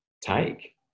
take